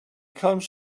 comes